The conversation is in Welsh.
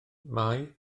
mai